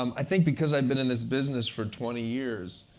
um i think because i've been in this business for twenty years,